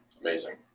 Amazing